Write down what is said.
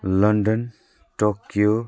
London Tokyo